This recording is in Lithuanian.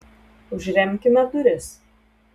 užremkime duris